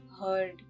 heard